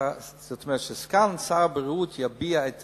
זאת אומרת שסגן שר הבריאות יביע את